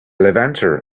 levanter